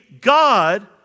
God